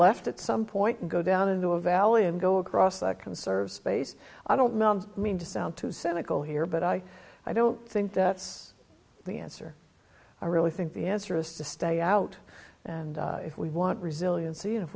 left at some point and go down into a valley and go across that conserve space i don't mean to sound too cynical here but i i don't think that's the answer i really think the answer is to stay out and if we want resili